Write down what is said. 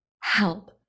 Help